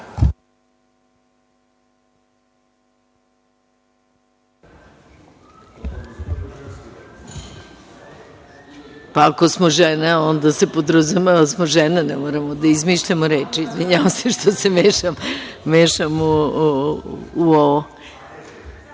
Ako smo žene onda se podrazumeva da smo žene. Ne moramo da izmišljamo reči. Izvinjavam se što se mešam u